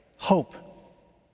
hope